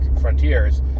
Frontiers